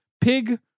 Pig